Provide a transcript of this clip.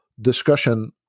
discussion